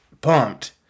pumped